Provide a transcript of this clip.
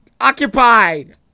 Occupied